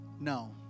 No